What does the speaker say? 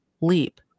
leap